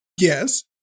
Yes